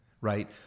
right